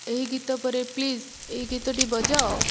ଏହି ଗୀତ ପରେ ପ୍ଳିଜ୍ ଏହି ଗୀତଟା ବଜାଅ